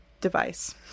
device